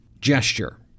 gesture